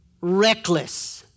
reckless